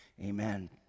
amen